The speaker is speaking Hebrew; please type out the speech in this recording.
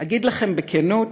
"אגיד לכם בכנות,